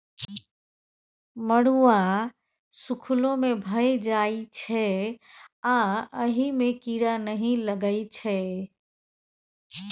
मरुआ सुखलो मे भए जाइ छै आ अहि मे कीरा नहि लगै छै